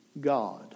God